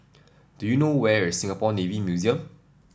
do you know where is Singapore Navy Museum